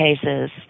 cases